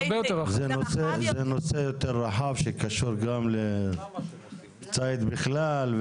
זה נושא יותר רחב שקשור גם לציד בכלל.